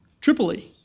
Tripoli